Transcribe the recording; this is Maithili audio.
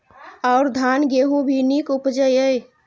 और धान गेहूँ भी निक उपजे ईय?